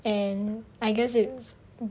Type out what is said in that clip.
and I guess it's